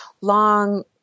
long